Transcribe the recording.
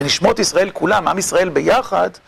ונשמות ישראל כולם, עם ישראל ביחד.